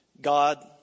God